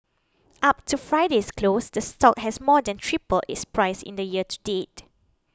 up to Friday's close the stock has more than tripled its price in the year to date